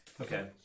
Okay